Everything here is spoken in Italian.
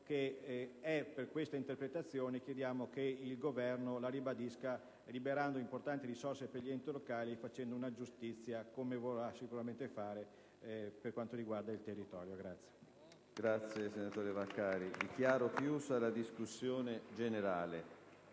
che conferma questa interpretazione. Chiediamo che il Governo la ribadisca, liberando importanti risorse per gli enti locali e facendo giustizia, come vorrà sicuramente fare, per quanto riguarda il territorio.